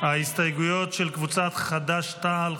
ההסתייגויות של קבוצת סיעת חד"ש-תע"ל,